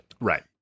Right